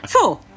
four